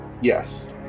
Yes